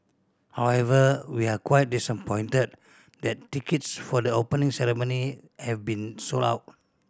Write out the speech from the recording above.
however we're quite disappointed that tickets for the Opening Ceremony have been sold out